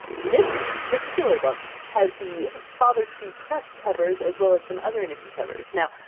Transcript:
this particular book has the father tree press covers, as well as some other nifty covers. now,